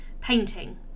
painting